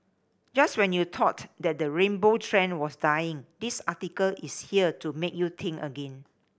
just when you thought that the rainbow trend was dying this article is here to make you think again